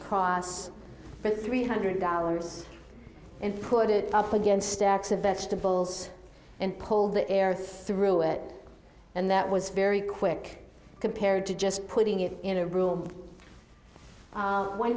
cross for three hundred dollars and put it up against stacks of vegetables and pulled the air through it and that was very quick compared to just putting it in a room when